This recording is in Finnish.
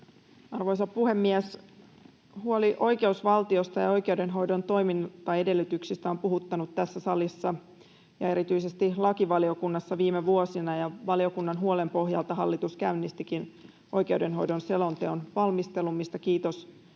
Arvoisa puhemies! Huoli oikeusvaltiosta ja oikeudenhoidon toimintaedellytyksistä on puhuttanut tässä salissa ja erityisesti lakivaliokunnassa viime vuosina, ja valiokunnan huolen pohjalta hallitus käynnistikin oikeudenhoidon selonteon valmistelun, mistä kiitos hallitukselle,